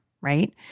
right